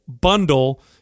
Bundle